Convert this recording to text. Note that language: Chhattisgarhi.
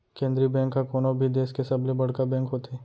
केंद्रीय बेंक ह कोनो भी देस के सबले बड़का बेंक होथे